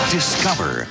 Discover